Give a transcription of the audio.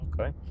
okay